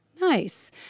Nice